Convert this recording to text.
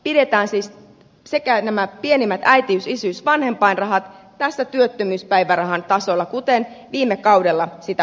pidetään siis nämä pienimmät äitiys isyys ja vanhempainrahat työttömyyspäivärahan tasolla kuten viime kaudella sitä haluttiin